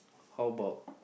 how about